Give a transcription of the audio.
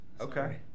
Okay